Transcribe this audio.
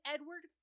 Edward